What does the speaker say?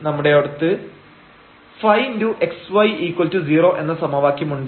നമ്മുടെ അടുത്ത് ϕxy0 എന്ന സമവാക്യം ഉണ്ട്